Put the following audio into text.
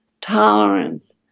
tolerance